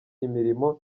imirimo